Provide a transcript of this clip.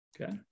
Okay